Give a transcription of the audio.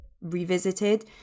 revisited